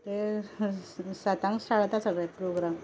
ते सातांक स्टाट जाता सगले प्रोग्राम